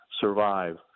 survive